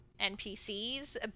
npcs